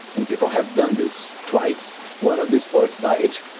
and people have done this twice. one of these forks died,